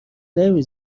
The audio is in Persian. نمی